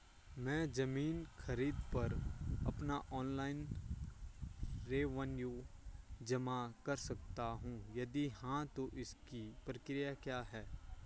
मैं ज़मीन खरीद पर अपना ऑनलाइन रेवन्यू जमा कर सकता हूँ यदि हाँ तो इसकी प्रक्रिया क्या है?